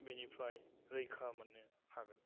बेनिफ्राय रैखा मोननो हागोन